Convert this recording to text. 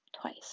twice